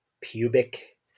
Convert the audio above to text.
pubic